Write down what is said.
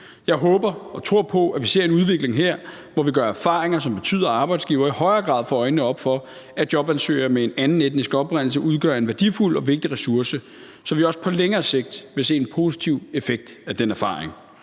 Jeg håber og tror på, at vi ser en udvikling her, hvor vi gør erfaringer, som betyder, at arbejdsgivere i højere grad får øjnene op for, at jobansøgere med anden etnisk oprindelse udgør en værdifuld og vigtig ressource, så vi også på længere sigt vil se en positiv effekt af den erfaring.